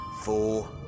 four